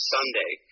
Sunday